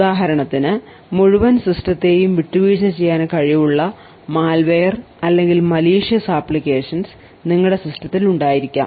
ഉദാഹരണത്തിന് മുഴുവൻ സിസ്റ്റത്തെയും വിട്ടുവീഴ്ച ചെയ്യാൻ കഴിവുള്ള malware അല്ലെങ്കിൽ malicious applications നിങ്ങളുടെ സിസ്റ്റത്തിൽ ഉണ്ടായിരിക്കാം